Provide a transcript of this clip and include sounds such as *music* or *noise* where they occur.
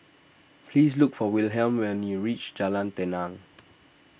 please look for Wilhelm when you reach Jalan Tenang *noise*